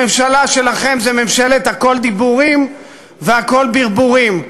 הממשלה שלכם זו ממשלת הכול דיבורים והכול ברבורים.